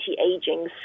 anti-aging